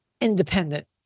Independent